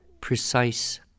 precise